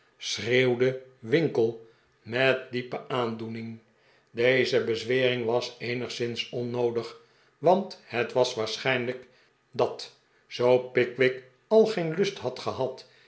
schreeuwde winkle met diepe aandoening deze bezwering was eenigszins onnoodig want het was waarschijnlijk dat zoo pickwick al geen lust had gehad